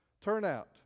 turnout